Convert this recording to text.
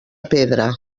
pedra